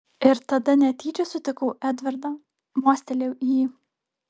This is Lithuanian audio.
ir tada netyčia sutikau edvardą mostelėjau į jį